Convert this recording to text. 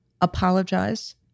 apologize